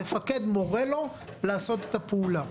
מפקד מורה לו לעשות את הפעולה,